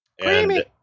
Creamy